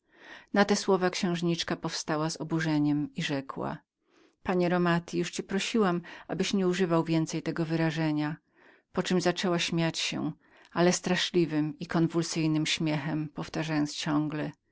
na te słowa księżniczka powstała z oburzeniem i rzekła panie romati już cię prosiłam abyś nie używał więcej tego wyrażenia poczem zaczęła śmiać się ale straszliwym i konwulsyjnym śmiechem powtarzając ciągle